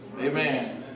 Amen